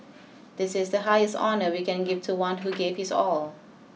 this is the highest honour we can give to one who gave his all